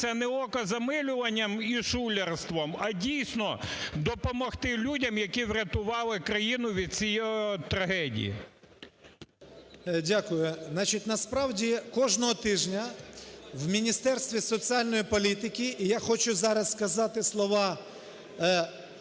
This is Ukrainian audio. не окозамилюванням і шулерством, а дійсно допомогти людям, які врятували країну від цієї трагедії? 10:53:58 АРЕШОНКОВ В.Ю. Дякую. Значить, насправді кожного тижня в Міністерстві соціальної політики… І я хочу зараз сказати слова